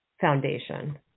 foundation